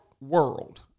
world